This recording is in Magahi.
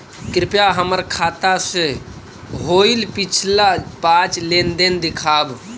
कृपा हमर खाता से होईल पिछला पाँच लेनदेन दिखाव